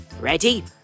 Ready